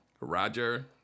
Roger